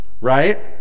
Right